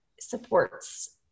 supports